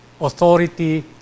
authority